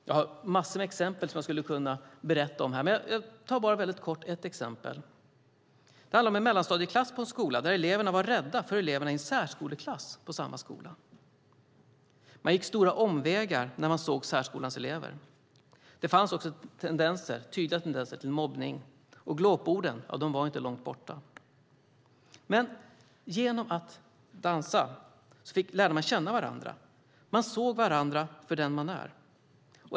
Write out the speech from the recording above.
Jag har massor av exempel som jag skulle kunna berätta om här, men jag tar bara väldigt kort ett exempel. Det handlar om en mellanstadieklass på en skola där eleverna var rädda för eleverna i en särskoleklass på samma skola. Man gick stora omvägar när man såg särskolans elever. Det fanns också tydliga tendenser till mobbning, och glåporden var inte långt borta. Men genom att dansa lärde man känna varandra och se varandra för den man är.